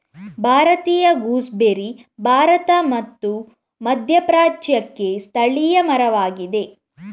ಭಾರತೀಯ ಗೂಸ್ಬೆರ್ರಿ ಭಾರತ ಮತ್ತು ಮಧ್ಯಪ್ರಾಚ್ಯಕ್ಕೆ ಸ್ಥಳೀಯ ಮರವಾಗಿದೆ